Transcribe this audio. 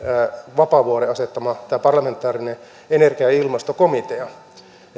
vapaavuoren asettama parlamentaarinen energia ja ilmastokomitea